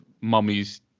mummies